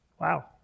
wow